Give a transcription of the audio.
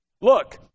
look